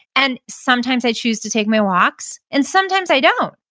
and sometimes i choose to take my walks, and sometimes i don't.